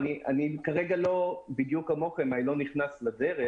בדיוק כמוכם, אני לא נכנס כרגע לדרך.